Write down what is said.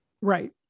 Right